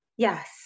Yes